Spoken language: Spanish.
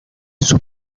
sus